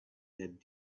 that